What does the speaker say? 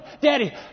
Daddy